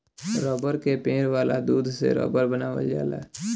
रबड़ के पेड़ वाला दूध से रबड़ बनावल जाला